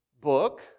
book